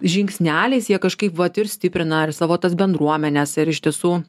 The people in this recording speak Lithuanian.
žingsneliais jie kažkaip vat ir stiprina ir savo tas bendruomenes ir iš tiesų